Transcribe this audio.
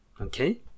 Okay